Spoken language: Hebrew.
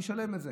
תשלם את זה,